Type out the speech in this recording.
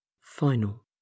final